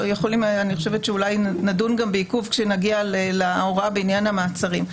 אולי נדון גם בעיכוב כשנגיע להוראה בעניין המעצרים.